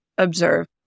observe